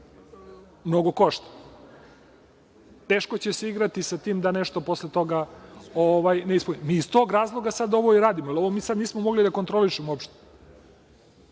mnogo košta, teško će se igrati sa tim da nešto posle toga ne ispuni. Mi iz tog razloga sad ovo i radimo, jer ovo mi sad nismo mogli da kontrolišemo uopšte.